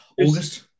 August